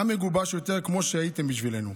עם מגובש יותר, כמו שהייתם בשבילנו.